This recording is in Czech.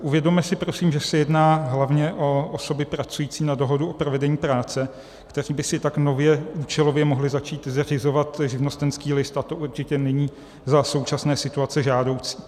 Uvědomme si prosím, že se jedná hlavně o osoby pracující na dohodu o provedení práce, které by si tak nově účelově mohly začít zařizovat živnostenský list, a to určitě není za současné situace žádoucí.